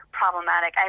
problematic